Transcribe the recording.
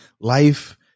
life